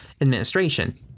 administration